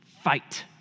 Fight